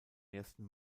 ersten